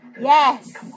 Yes